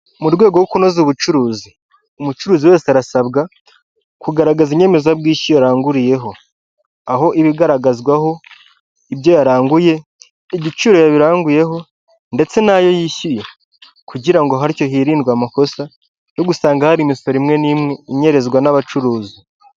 Mu rwego rwo kunoza ubucuruzi, umucuruzi wese arasabwa kugaragaza inyemeza bwishyu yaranguriyeho aho ibi igaragazwaho ibyo yaranguye, igiciro yabiranguye ndetse nayo yishyuye, kugira ngo hatyo hirindindwe amakosa yo gusanga hari imisoro imwe n'imwe inyerezwa n'abacuruzi.